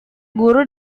guru